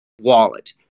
wallet